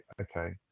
okay